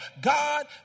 God